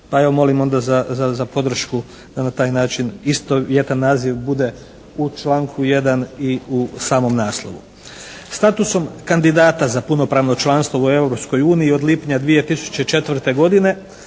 Pa evo molim onda za podršku da na taj način istovjetan naziv bude u članku 1. i u samom naslovu. Statusom kandidata za punopravno članstvo u Europskoj uniji od lipnja 2004. godine